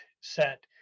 set